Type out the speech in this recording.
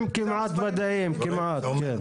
מספרים כמעט וודאיים, כמעט, כן.